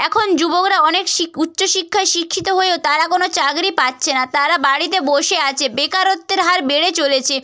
এখন যুবকরা অনেক শিক উচ্চশিক্ষায় শিক্ষিত হয়েও তারা কোনো চাকরি পাচ্ছে না তারা বাড়িতে বসে আছে বেকারত্বের হার বেড়ে চলেছে